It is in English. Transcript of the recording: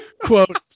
Quote